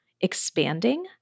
expanding